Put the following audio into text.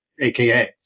AKA